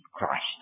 Christ